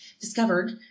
discovered